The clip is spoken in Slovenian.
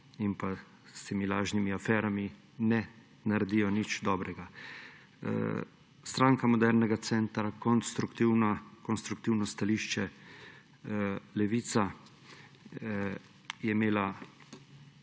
in s temi lažnimi aferami ne naredijo nič dobrega. Stranka modernega centra – konstruktivno stališče. Levica je imela